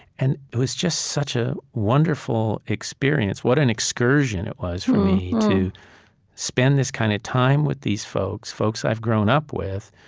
and it was just such a wonderful experience. what an excursion it was for me to spend this kind of time with these folks folks i've grown up with,